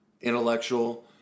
intellectual